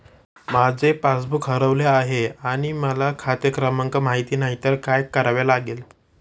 माझे पासबूक हरवले आहे आणि मला खाते क्रमांक माहित नाही तर काय करावे लागेल?